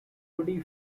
woody